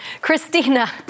Christina